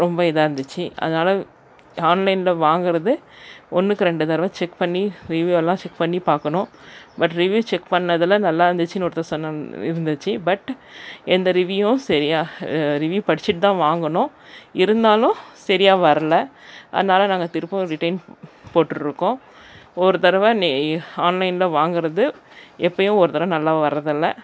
ரொம்ப இதாக இருந்துச்சு அதனால் ஆன்லைனில் வாங்குறது ஒன்றுக்கு ரெண்டு தடவ செக் பண்ணி ரிவ்யூவெல்லாம் செக் பண்ணி பார்க்கணும் பட் ரிவ்யூ செக் பண்ணதில் நல்லாருந்துச்சுன்னு ஒருத்தர் சொன்னோன்னு இருந்துச்சு பட் எந்த ரிவ்யூவும் சரியாக ரிவ்யூ படித்திட்டுதான் வாங்கினோம் இருந்தாலும் சரியாக வரலை அதனால் நாங்கள் திரும்பவும் ரிட்டேன் போட்டிருக்கோம் ஒரு தடவ ஆன்லைனில் வாங்குறது எப்பவும் ஒரு தர நல்லா வரதில்ல